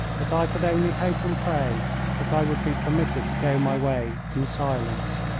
but i could only hope and pray that i would be permitted to go my way in silence.